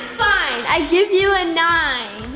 fine, i give you a nine.